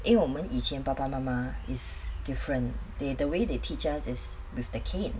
因为我们以前爸爸妈妈 is different they the way they teach us is with the cane